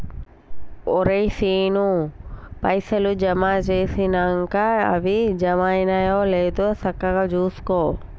ఒరే శీనూ, పైసలు జమ జేసినంక అవి జమైనయో లేదో సక్కగ జూసుకో